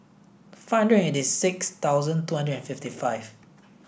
five hundred eighty six thousand twenty and fifty five